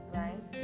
right